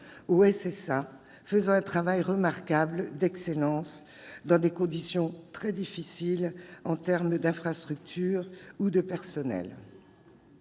au SSA, qui fait un travail remarquable, d'excellence, dans des conditions très difficiles en termes d'infrastructures ou de personnel.